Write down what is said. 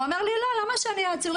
למה שהוא יהיה עצור,